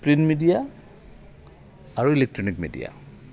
print media আৰু electronic media